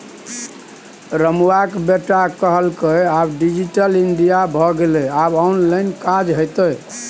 रमुआक बेटा कहलकै आब डिजिटल इंडिया भए गेलै आब ऑनलाइन काज हेतै